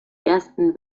ersten